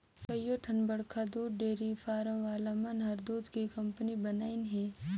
कयोठन बड़खा दूद डेयरी फारम वाला मन हर दूद के कंपनी बनाईंन हें